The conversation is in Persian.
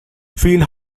فیل